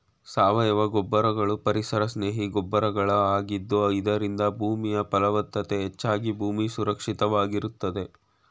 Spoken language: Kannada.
ಸಾವಯವ ಗೊಬ್ಬರಗಳು ಪರಿಸರ ಸ್ನೇಹಿ ಗೊಬ್ಬರಗಳ ಆಗಿದ್ದು ಇದರಿಂದ ಭೂಮಿಯ ಫಲವತ್ತತೆ ಹೆಚ್ಚಾಗಿ ಭೂಮಿ ಸುರಕ್ಷಿತವಾಗಿರುತ್ತದೆ